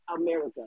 America